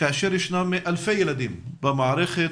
ישנם אלפי ילדים במערכת,